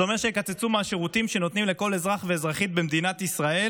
זה אומר שיקצצו מהשירותים שנותנים לכל אזרח ואזרחית במדינת ישראל,